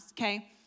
okay